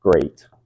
great